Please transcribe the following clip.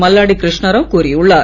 மல்லாடி கிருஷ்ண ராவ் கூறியுள்ளார்